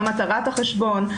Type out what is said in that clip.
מה מטרת החשבון,